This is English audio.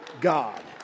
God